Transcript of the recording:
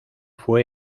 fue